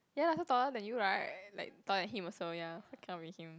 ya lah so taller than you right like taller than him also ya so cannot be him